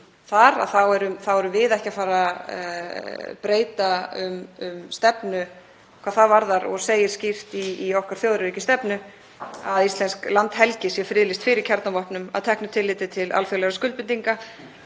þar þá erum við ekki að fara að breyta um stefnu hvað það varðar og segir skýrt í okkar þjóðaröryggisstefnu að íslensk landhelgi sé friðlýst fyrir kjarnavopnum, að teknu tilliti til alþjóðlegra skuldbindinga